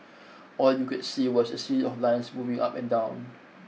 all you could see was a series of lines moving up and down